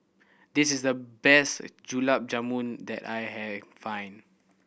this is the best Gulab Jamun that I had find